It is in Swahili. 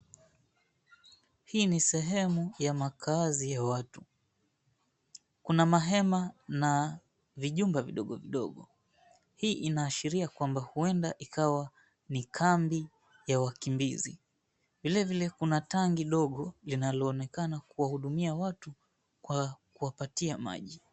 Hii ni sehemu ya makaazi ya watu. Kuna mahema na vijumba vidogo vidogo. Hii inaashiria kwamba kuenda ikawa ni kambi ya wakimbizi. Vile vile kuna tangi ndogo linaloonekana kuwahudhumia watu kwa kuwapatia maji.